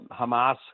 Hamas